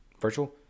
virtual